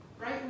right